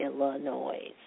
Illinois